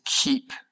keep